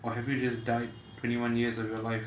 or have you just died twenty one years of your life